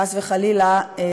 חס וחלילה,